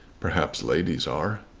perhaps ladies are.